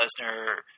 Lesnar –